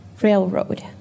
railroad